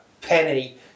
penny